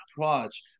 approach